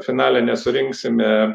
finale nesurinksime